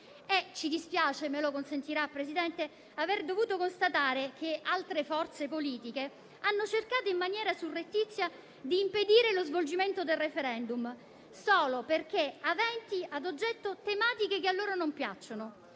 ci dispiace - me lo consentirà, Presidente - aver dovuto constatare che altre forze politiche abbiano cercato in maniera surrettizia di impedire lo svolgimento del *referendum* solo perché avente ad oggetto tematiche che a loro non piacciono.